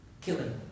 killing